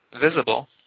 visible